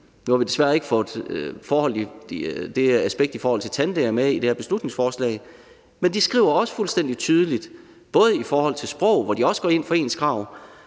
Nu har vi desværre ikke fået det aspekt i forhold til tandlæger med i det her beslutningsforslag, men de skriver det også fuldstændig tydeligt både i forhold til sprog, hvor de også går ind for ens krav,